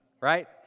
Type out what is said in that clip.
right